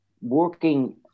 working